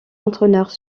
entraîneurs